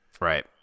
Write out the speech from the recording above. Right